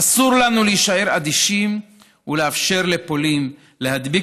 אסור לנו להישאר אדישים ולאפשר לפולין להדביק